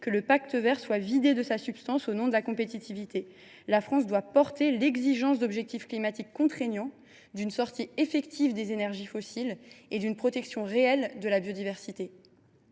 que le Pacte vert soit vidé de sa substance au nom de la compétitivité. La France doit défendre l’exigence d’objectifs climatiques contraignants, d’une sortie effective des énergies fossiles et d’une protection réelle de la biodiversité.